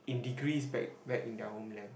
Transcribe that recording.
in degrees back back in their homeland